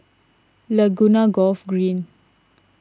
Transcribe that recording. Laguna Golf Green